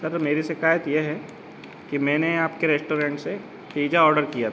sir मेरी शिकायत यह है कि मैंने आपके रेस्टोरेंट से पीजा ऑडर किया था